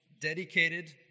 dedicated